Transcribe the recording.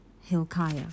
Hilkiah